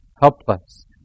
helpless